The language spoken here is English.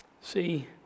See